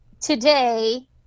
today